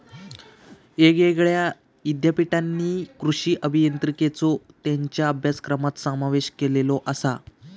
येगयेगळ्या ईद्यापीठांनी कृषी अभियांत्रिकेचो त्येंच्या अभ्यासक्रमात समावेश केलेलो आसा